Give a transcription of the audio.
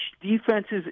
defenses